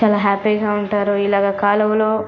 చాలా హ్యాపీగా ఉంటారు ఇలాగ కాలువలో